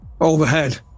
overhead